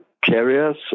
carriers